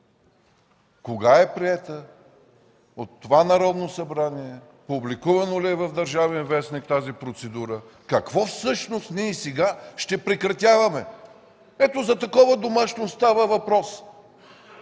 Кога е приета? От това Народно събрание ли? Публикувана ли е в „Държавен вестник” тази процедура, какво всъщност сега ще прекратяваме? Ето за такова домашно става въпрос.